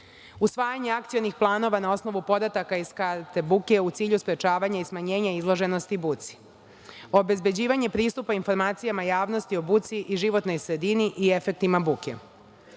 usvajanje akcionih planova na osnovu podataka iz karata buke u cilju sprečavanja i smanjenja izloženosti buci, obezbeđivanje pristupa informacijama javnosti o buci i životnoj sredini i efektima buke. Zbog